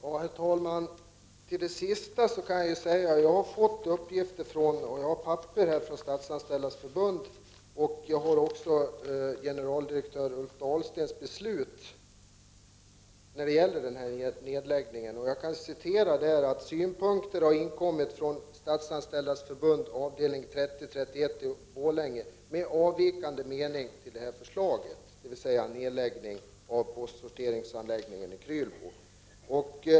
Herr talman! Till det statsrådet sist sade kan jag säga att jag fått uppgifter från Statsanställdas förbund som jag har papper på, och jag har också generaldirektör Ulf Dahlstens beslut som gäller nedläggningen. Jag kan citera följande: ”Synpunkter har inkommit från SF avd 3031 i Borlänge med avvikande mening till förslaget”, dvs. en nedläggning av postsorteringsanläggningen i Krylbo.